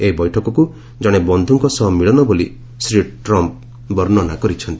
ଏହି ବୈଠକକୁ ଜଣେ ବନ୍ଧୁଙ୍କ ସହ ମିଳନ ବୋଲି ଶ୍ରୀ ଟ୍ରମ୍ପ୍ ବର୍ଷନା କରିଚ୍ଛନ୍ତି